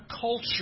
culture